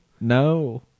No